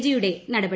ജിയുടെ നടപടി